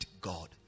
God